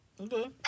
Okay